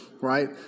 right